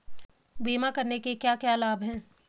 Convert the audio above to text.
बीमा करने के क्या क्या लाभ हैं?